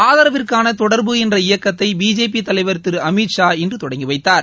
ஆதரவிற்கான தொடர்பு என்ற இயக்கத்தை பிஜேபி தலைவர் திரு அமித்ஷா இன்று தொடங்கி வைத்தார்